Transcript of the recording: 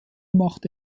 machte